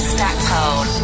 Stackpole